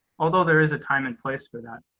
although there is a time and place for that,